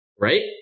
Right